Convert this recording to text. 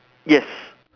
yes